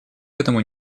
этому